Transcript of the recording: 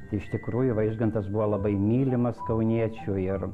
iš tikrųjų vaižgantas buvo labai mylimas kauniečių ir